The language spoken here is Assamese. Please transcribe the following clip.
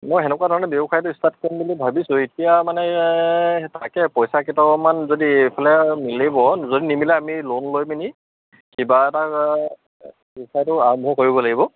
মই তেনেকুৱা ধৰণে ব্যৱসায়টো ষ্টাৰ্ট কৰিম বুলি ভাবিছোঁ এতিয়া মানে তাকে পইচা কেইটামান যদি এইফালে মিলিব যদি নিমিলে আমি লোন লৈ পিনি কিবা এটা ব্যৱসায়টো আৰম্ভ কৰিব লাগিব